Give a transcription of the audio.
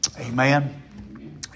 Amen